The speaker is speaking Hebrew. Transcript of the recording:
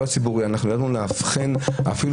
מה ייחשב כמקום